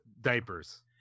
diapers